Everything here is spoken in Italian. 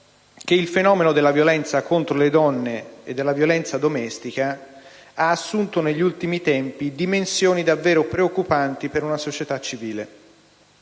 che il fenomeno della violenza contro le donne e della violenza domestica ha assunto, negli ultimi tempi, dimensioni davvero preoccupati per una società civile.